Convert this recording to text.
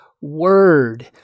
Word